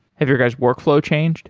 have your guys' workflow changed